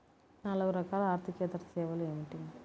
నాలుగు రకాల ఆర్థికేతర సేవలు ఏమిటీ?